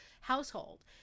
household